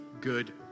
good